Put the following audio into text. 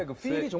like fee.